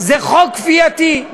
זה חוק כפייתי,